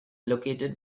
located